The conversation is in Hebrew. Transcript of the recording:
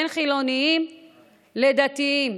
בין חילוניים לדתיים,